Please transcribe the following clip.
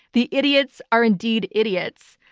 the idiots are indeed idiots.